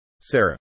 Sarah